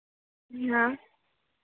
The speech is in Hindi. हाँ